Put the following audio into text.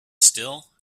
still